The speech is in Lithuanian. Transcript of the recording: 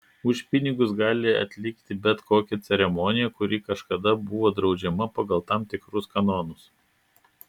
už pinigus gali atlikti bet kokią ceremoniją kuri kažkada buvo draudžiama pagal tam tikrus kanonus